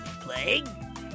Playing